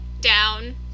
down